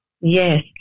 Yes